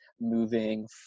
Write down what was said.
moving